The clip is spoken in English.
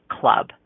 club